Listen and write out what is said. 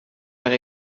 waar